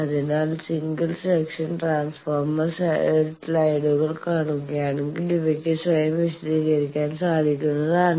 അതിനാൽ single section transformer സ്ലൈഡുകൾ കാണുകയാണെങ്കിൽ ഇവക്ക് സ്വയം വിശദീകരിക്കാൻ സാധിക്കുന്നതാണ്